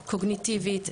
קוגניטיבית,